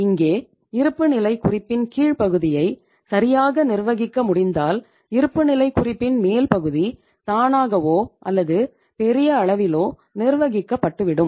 இங்கே இருப்புநிலைக் குறிப்பின் கீழ் பகுதியை சரியாக நிர்வகிக்க முடிந்தால் இருப்புநிலைக் குறிப்பின் மேல் பகுதி தானாகவோ அல்லது பெரிய அளவிலோ நிர்வகிக்கப்பட்டு விடும்